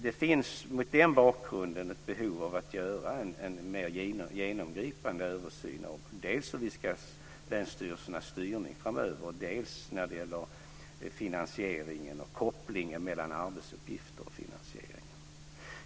Det finns mot den bakgrunden ett behov av att göra en mer genomgripande översyn av dels länsstyrelsernas styrning framöver, dels när det gäller finansieringen och kopplingen mellan arbetsuppgifter och finansiering.